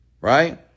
Right